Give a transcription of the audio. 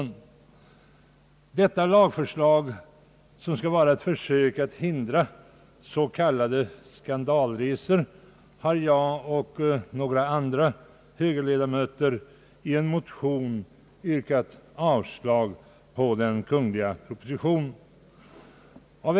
När det gäller detta lagförslag, som skall vara ett försök att hindra s.k. skandalresor, har jag och några andra högerledamöter i en motion yrkat avslag på den kungl. propositionen.